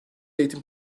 eğitim